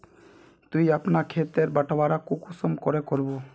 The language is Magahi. ती अपना खेत तेर बटवारा कुंसम करे करबो?